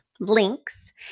links